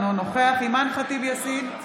אינו נוכח אימאן ח'טיב יאסין,